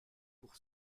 pour